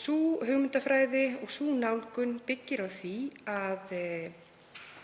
Sú hugmyndafræði og sú nálgun byggist á því að